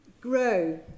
grow